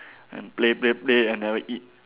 and play play play and never eat